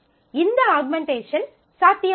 இந்த ஆக்மென்ட்டேஷன் சாத்தியமாகும்